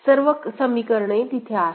सर्व समीकरणे तिथे आहेत